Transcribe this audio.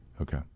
Okay